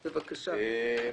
תראי,